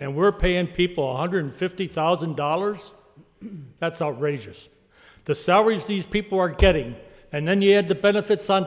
and we're paying people hundred fifty thousand dollars that's outrageous the salaries these people are getting and then you have the benefits on